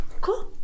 Cool